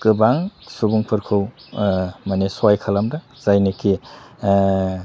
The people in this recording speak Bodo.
गोबां सुबुंफोरखौ माने सहाय खालामदों जायनिखि